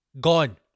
Gone